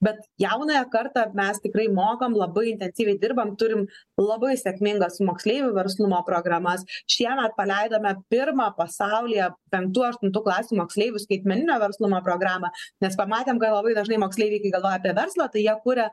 bet jaunąją kartą mes tikrai mokom labai intensyviai dirbam turim labai sėkmingas su moksleivių verslumo programas šiemet paleidome pirmą pasaulyje penktų aštuntų klasių moksleivių skaitmeninio verslumo programą nes pamatėm kad labai dažnai moksleiviai kai galvoja apie verslą tai jie kuria